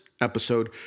episode